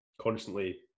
Constantly